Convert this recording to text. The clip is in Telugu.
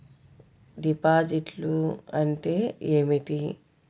డిపాజిట్లు అంటే ఏమిటి?